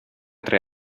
tre